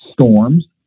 storms